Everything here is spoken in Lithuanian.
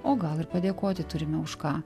o gal ir padėkoti turime už ką